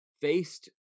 faced